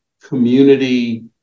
community